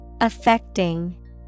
Affecting